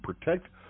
protect